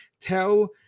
tell